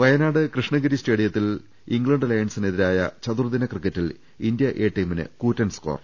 വയനാട് കൃഷ്ണഗിരി സ്റ്റേഡിയത്തിൽ ഇംഗ്ലണ്ട് ലയൺസിനെതിരായ ചതുർദിന ക്രിക്കറ്റിൽ ഇന്ത്യ എ ടീമിന് കൂറ്റൻ സ്കോർ